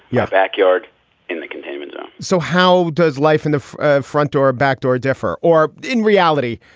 yeah backyard in the containment dome so how does life in the front door, back door differ or in reality?